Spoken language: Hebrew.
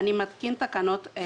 מי מציג את התקנות?